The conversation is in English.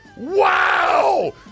Wow